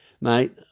mate